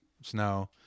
snow